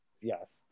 Yes